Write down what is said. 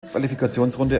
qualifikationsrunde